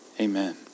Amen